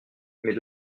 mais